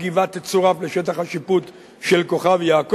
הגבעה תצורף לשטח השיפוט של כוכב-יעקב.